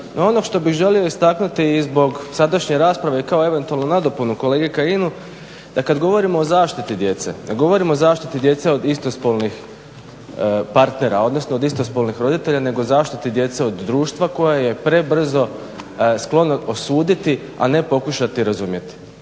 ono što bih želio istaknuti i zbog sadašnje rasprave kao eventualnu nadopunu kolegi Kajinu da kada govorimo o zaštiti djece, ne govorimo o zaštiti djece od istospolnih partnera, odnosno od istospolnih roditelja nego zaštiti djece od društva koje je prebrzo sklono osuditi a ne pokušati razumjeti.